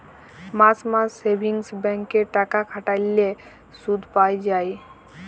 মাস মাস savings bank এ টাকা খাটাল্যে শুধ পাই যায়